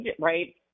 right